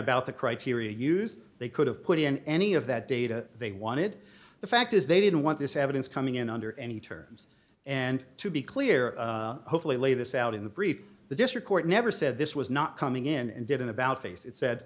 about the criteria used they could have put in any of that data they wanted the fact is they didn't want this evidence coming in under any terms and to be clear hopefully lay this out in the brief the district court never said this it was not coming in and did an about face it said